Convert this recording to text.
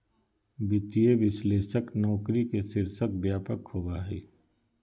वित्तीय विश्लेषक नौकरी के शीर्षक व्यापक होबा हइ